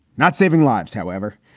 not saving lives, however,